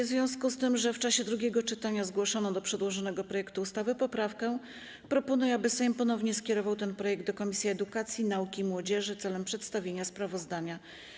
W związku z tym, że w czasie drugiego czytania zgłoszono do przedłożonego projektu ustawy poprawkę, proponuję, aby Sejm ponownie skierował ten projekt do Komisji Edukacji, Nauki i Młodzieży celem przedstawienia sprawozdania.